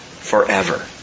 forever